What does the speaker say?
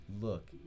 look